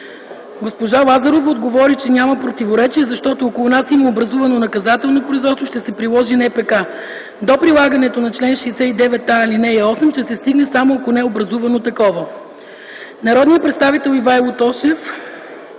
Госпожа Лазарова отговори, че няма противоречие, защото, ако у нас има образувано наказателно производство, ще се приложи НПК. До прилагането на чл. 69а, ал. 8 ще се стигне, само ако не е образувано такова. Народният представител Ивайло Тошев